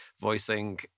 voicing